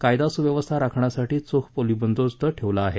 कायदा सुव्यवस्था राखण्यासाठी चोख पोलिस बंदोबस्त ठेवला आहे